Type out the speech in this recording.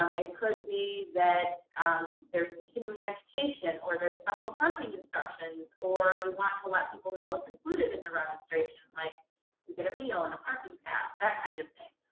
um it could be that there's continuing education or their special parking instructions or you want to let people know what's included in the registration, like you get a meal and a parking pass, that kind of thing.